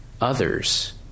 others